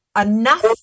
enough